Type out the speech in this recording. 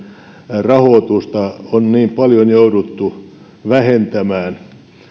rahoitusta on niin paljon jouduttu vähentämään